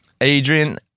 Adrian